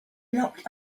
locked